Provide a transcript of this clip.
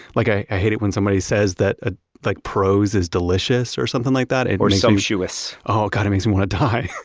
like i hate it when somebody says that ah like prose is delicious or something like that and or sumptuous oh god, it makes me and want to die.